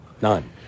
None